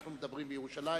אנחנו מדברים בירושלים.